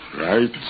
Right